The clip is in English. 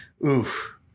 Oof